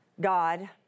God